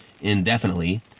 indefinitely